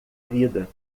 vida